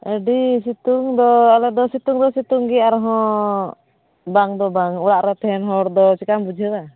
ᱟᱹᱰᱤ ᱥᱤᱛᱩᱝ ᱫᱚ ᱟᱞᱮ ᱫᱚ ᱥᱤᱛᱩᱝ ᱫᱚ ᱥᱤᱛᱩᱝ ᱜᱮᱭᱟ ᱟᱨᱦᱚᱸ ᱵᱟᱝ ᱫᱚ ᱵᱟᱝ ᱚᱲᱟᱜ ᱨᱮ ᱛᱟᱦᱮᱱ ᱦᱚᱲ ᱫᱚ ᱪᱮᱠᱟᱢ ᱵᱩᱡᱷᱟᱹᱣᱟ